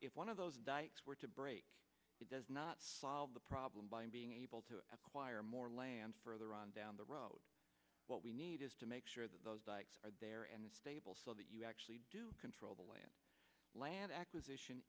if one of those dikes were to break it does not solve the problem by being able to acquire more land further on down the road what we need is to make sure that those are there and stable so that you actually control the way land acquisition